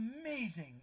amazing